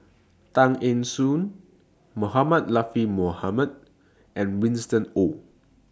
Tan Eng Joo Mohamed Latiff Mohamed and Winston Oh